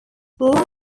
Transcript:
land